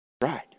Right